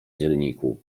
zielniku